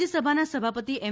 રાજ્યસભાના સભાપતિ એમ